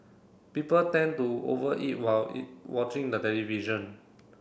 people tend to over eat while watching the television